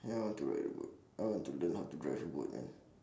ya I want to ride a boat I want to learn how to drive a boat man